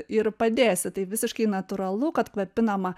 ir padėsi tai visiškai natūralu kad kvepinama